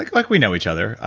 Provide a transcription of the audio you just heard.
like like we know each other,